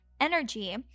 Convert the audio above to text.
energy